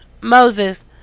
Moses